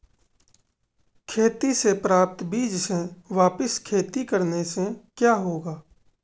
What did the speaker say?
खेती से प्राप्त बीज से वापिस खेती करने से क्या होगा?